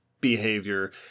behavior